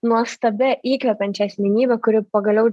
nuostabia įkvepiančia asmenybe kuri pagaliau